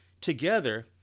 together